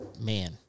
man